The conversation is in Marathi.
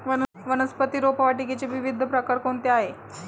वनस्पती रोपवाटिकेचे विविध प्रकार कोणते आहेत?